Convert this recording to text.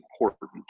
important